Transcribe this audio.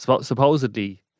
Supposedly